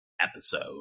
episode